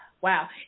wow